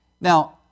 Now